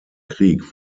krieg